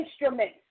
Instruments